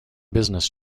business